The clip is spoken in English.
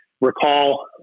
recall